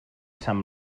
sant